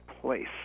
place